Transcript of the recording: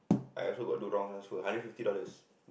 I also got do wrong ah so hundred fifty dollars